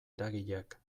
eragileak